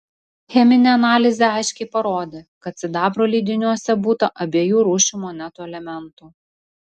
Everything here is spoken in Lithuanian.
cheminė analizė aiškiai parodė kad sidabro lydiniuose būta abiejų rūšių monetų elementų